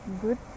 good